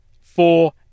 four